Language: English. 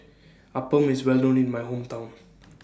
Appam IS Well known in My Hometown